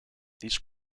these